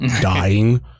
dying